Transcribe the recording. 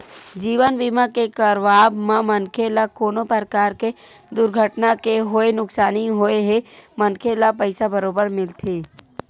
जीवन बीमा के करवाब म मनखे ल कोनो परकार ले दुरघटना के होय नुकसानी होए हे मनखे ल पइसा बरोबर मिलथे